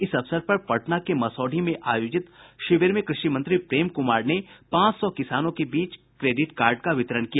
इस अवसर पर पटना के मसौढ़ी में आयोजित शिविर में कृषि मंत्री प्रेम कुमार ने पांच सौ किसानों के बीच क्रेडिट कार्ड का वितरण किया